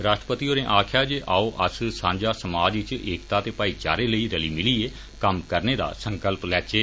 राष्ट्रपति होरें आक्खेया जे आओ अस्स सांझा समाज इच एकता ते भाईचारें लेई रलि मिलयै कम्म करने दा संकल्प लेचै